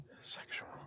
Sexual